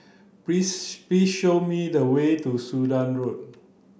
please please show me the way to Sudan Road